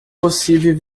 possível